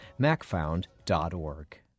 macfound.org